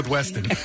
Weston